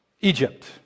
Egypt